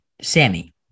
Sammy